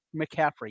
McCaffrey